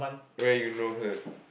where you know her